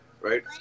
right